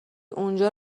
اونجا